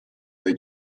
dai